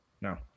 no